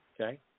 Okay